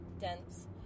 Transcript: dense